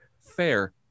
fair